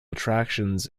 attractions